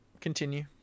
continue